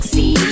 See